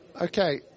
Okay